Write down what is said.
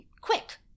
quick